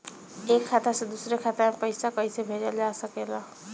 एक खाता से दूसरे खाता मे पइसा कईसे भेजल जा सकेला?